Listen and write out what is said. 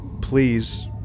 please